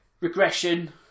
regression